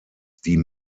die